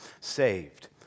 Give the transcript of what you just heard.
saved